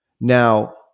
Now